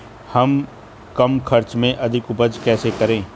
हम कम खर्च में अधिक उपज कैसे करें?